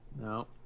No